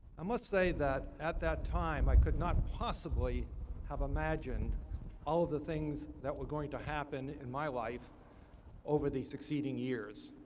i must say that, at that time, i could not possibly have imagined all of the things that we're going to happen in my life over the succeeding years.